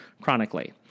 chronically